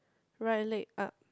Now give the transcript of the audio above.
right leg up